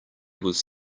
was